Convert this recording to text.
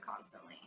constantly